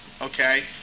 Okay